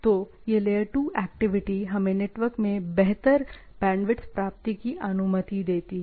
तो यह layer 2 activity हमें नेटवर्क में बेहतर बैंडविड्थ प्राप्ति की अनुमति देती है